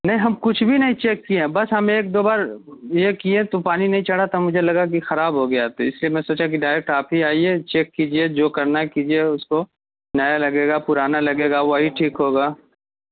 نہیں ہم کچھ بھی نہیں چیک کیے ہیں بس ہم ایک دو بار یہ کیے تو پانی نہیں چڑھا تو مجھے لگا کہ خراب ہو گیا تو اس لیے میں سوچا کہ ڈائریکٹ آپ ہی آئیے چیک کیجیے جو کرنا ہے کیجیے اس کو نیا لگے گا پرانا لگے وہی ٹھیک ہوگا